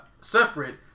separate